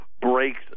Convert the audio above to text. breaks